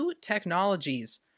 Technologies